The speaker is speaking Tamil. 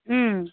ம்